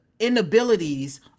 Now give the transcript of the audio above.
inabilities